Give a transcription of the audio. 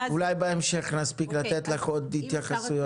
אולי בהמשך נספיק לתת לך עוד התייחסויות.